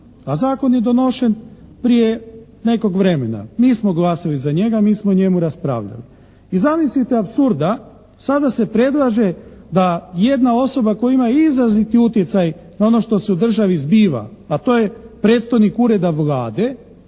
A zakon je donošen prije nekog vremena. Mi smo glasali za njega, mi smo o njemu raspravljali. I zamislite apsurda sada se predlaže da jedna osoba koja ima izraziti utjecaj na ono što se u državi zbiva a to je predstojnik Ureda Vlade,